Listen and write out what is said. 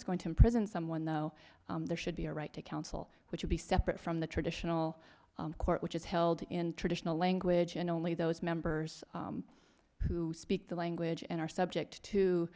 is going to imprison someone though there should be a right to counsel which would be separate from the traditional court which is held in traditional language and only those members who speak the language and are subject to